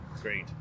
great